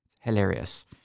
Hilarious